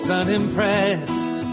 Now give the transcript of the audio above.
unimpressed